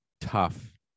tough